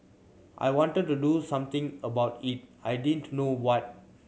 I wanted to do something about it I didn't know what